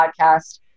podcast